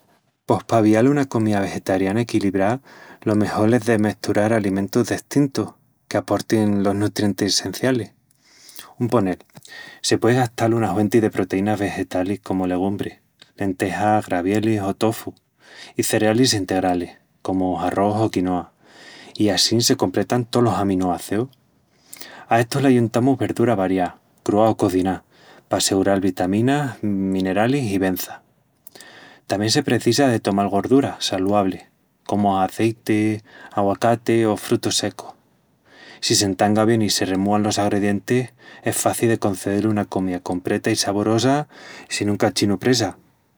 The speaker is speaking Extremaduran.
Pos pa avial una comía vegetariana equilibrá, lo mejol es de mesturar alimentus destintus que aportin los nutrientis sencialis. Un ponel, se puei gastal una huenti de proteínas vegetalis comu legumbri (lentejas, gravielis o tofu), i cerealis integralis comu arrós o quinoa, i assin se compretan tolos aminuazeus. A estu l'ayuntamus verdura variá, crúa o coziná, pa segural vitaminas, mineralis i bença. Tamién se precisa de tomal gorduras saluablis, comu azeiti, aguacati o frutus secus. Si s'entanga bien i se remúan los agredientis, es faci de concedel una comía compreta i saborosa sin un cachinu presa.